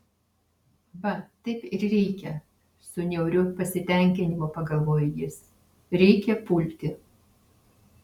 va taip ir reikia su niauriu pasitenkinimu pagalvojo jis reikia pulti